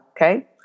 Okay